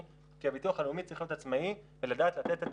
כי הביטוח הלאומי צריך להיות עצמאי ולדעת לתת את